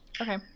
Okay